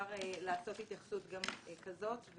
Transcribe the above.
אפשר לעשות התייחסות גם כזאת.